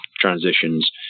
transitions